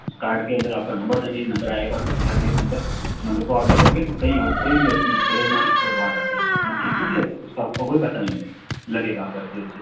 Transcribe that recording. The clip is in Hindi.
उस कार्ड के अंदर आपका नम्बर देंगे एक नम्बर आएगा फ़ैमिली नम्बर उस नम्बर को आप डालोंगे तो कई और कोई भी हॉस्पिटल चले जाना और वहाँ जाके अपना ट्रीटमेंट ले उस का आप का कोई पैसा नहीं मिलेगा लगेगा आप का जो